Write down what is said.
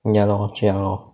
ya lor 这样 lor